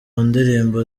ndirimbo